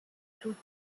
claude